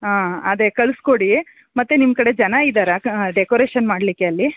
ಹಾಂ ಅದೆ ಕಳ್ಸಿ ಕೊಡಿ ಮತ್ತು ನಿಮ್ಮ ಕಡೆ ಜನ ಇದ್ದಾರ ಡೆಕೊರೇಶನ್ ಮಾಡಲಿಕ್ಕೆ ಅಲ್ಲಿ